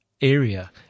area